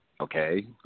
Okay